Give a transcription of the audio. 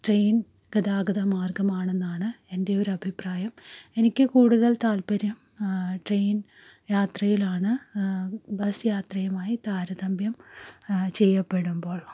train ഗതാഗത മാർഗ്ഗമാണെന്നാണ് എൻ്റെ ഒരു അഭിപ്രായം എനിക്ക് കൂടുതൽ താൽപര്യം ട്രെയിൻ യാത്രയിലാണ് ബസ്സ് യാത്രയുമായി താരതമ്യം ചെയ്യപ്പെടുമ്പോൾ